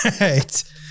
right